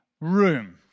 room